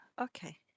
okay